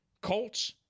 Colts